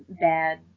bad